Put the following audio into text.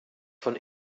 von